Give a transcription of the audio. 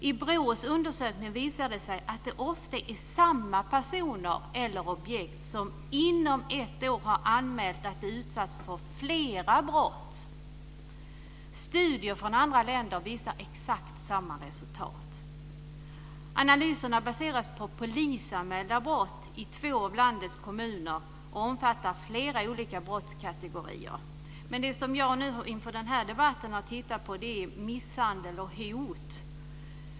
I BRÅ:s undersökning visar det sig att det ofta är samma personer eller objekt som inom ett år har anmält att de utsatts för flera brott. Studier från andra länder visar exakt samma resultat. Analyserna baseras på polisanmälda brott i två av landets kommuner och omfattar flera olika brottskategorier. Det som jag har tittat på inför denna debatt är misshandel och hot.